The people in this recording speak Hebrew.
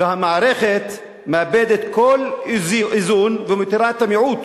והמערכת מאבדת כל איזון ומותירה את המיעוט